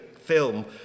film